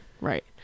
Right